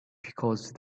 because